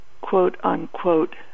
quote-unquote